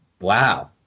Wow